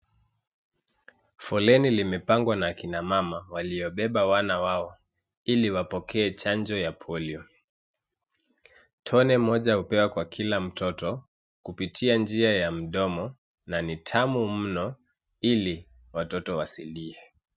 Foleni limepangwa na kina mama waliobeba wana wao ili wapokee chanjo ya polio. Tone moja hupewa kwa kila mtoto kupitia njia ya mdomo na tamu mno ili watoto wasilie.